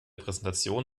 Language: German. präsentation